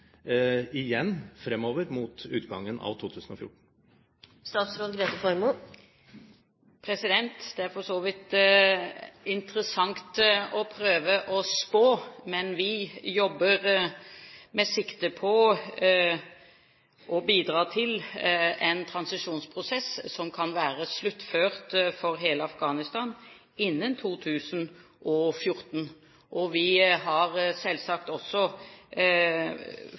igjen, fremover mot utgangen av 2014? Det er for så vidt interessant å prøve å spå, men vi jobber med sikte på å bidra til en transisjonsprosess som kan være sluttført for hele Afghanistan innen utgangen av 2014. Vi har selvsagt også